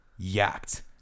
yacked